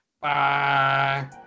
Bye